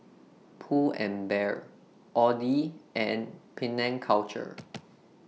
Pull and Bear Audi and Penang Culture